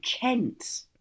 Kent